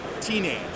teenage